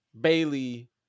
Bailey